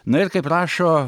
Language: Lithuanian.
na ir kaip rašo